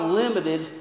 limited